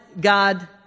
God